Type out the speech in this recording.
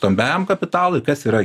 stambiam kapitalui kas yra